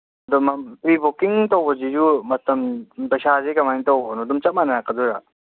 ꯑꯗꯨ pre booking ꯇꯧꯕꯁꯤꯁꯨ ꯃꯇꯝ ꯄꯩꯁꯥꯁꯦ ꯀꯃꯥꯏꯅ ꯇꯧꯕꯅꯣ ꯑꯗꯨꯝ ꯆꯞ ꯃꯥꯟꯅꯔꯛꯀꯗꯣꯏꯔꯥ